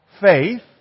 faith